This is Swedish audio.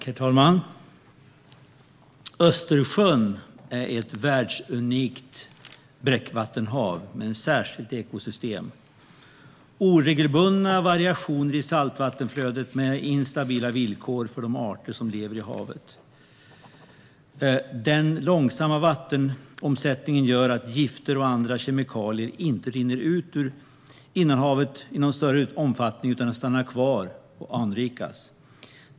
Herr talman! Östersjön är ett världsunikt bräckvattenhav med ett särskilt ekosystem. Oregelbundna variationer i saltvatteninflödet medför instabila villkor för de arter som lever i havet. Den långsamma vattenomsättningen gör att gifter och andra kemikalier inte rinner ut ur innanhavet i någon större omfattning utan stannar kvar och anrikas.